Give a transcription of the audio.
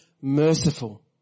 merciful